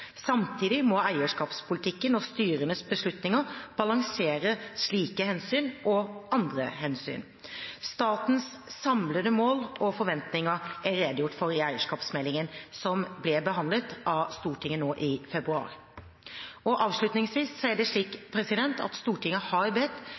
Samtidig må eierskapspolitikken og styrenes beslutninger balansere slike hensyn og andre hensyn. Statens samlede mål og forventninger er redegjort for i eierskapsmeldingen, som ble behandlet av Stortinget i februar. Avslutningsvis: Det er slik at Stortinget har bedt